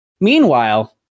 Meanwhile